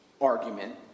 argument